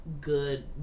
good